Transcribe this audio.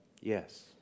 Yes